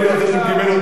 הוא קיבל אותה.